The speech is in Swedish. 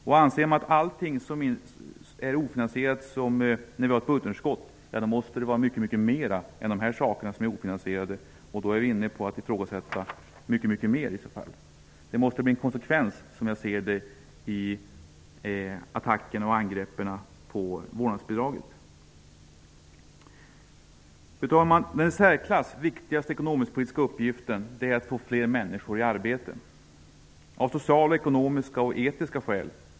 Om man anser att allting är ofinansierat när vi har ett budgetunderskott, måste det vara mycket mer än de här sakerna som är ofinansierat, och då är vi inne på att ifrågasätta mycket mer i så fall. Det måste bli en konsekvens i attackerna och angreppen på vårdnadsbidraget. Fru talman! Den i särklass viktigaste ekonomiskpolitiska uppgiften är att få fler människor i arbete, av sociala, ekonomiska och etiska skäl.